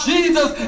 Jesus